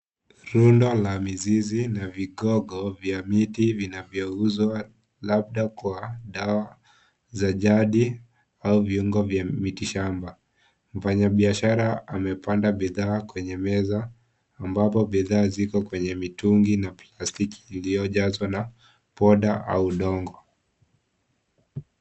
Rundo la mizizi na vigogo vya miti vinavyouzwa labda kwa dawa za jadi au viungo vya mitishamba. Mfanyabiashara amepanda bidhaa kwenye meza ambapo bidhaa ziko kwenye mitungi na plastiki iliyojazwa na powder au udongo.